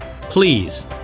please